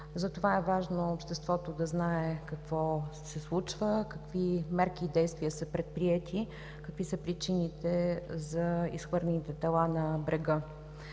Затова е важно обществото да знае какво се случва, какви мерки и действия са предприети, какви са причините за изхвърлените тела на брега.